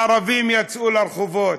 הערבים יצאו לרחובות,